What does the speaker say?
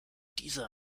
dieser